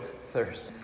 thirst